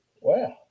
Wow